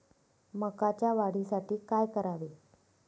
मकाच्या वाढीसाठी काय करावे?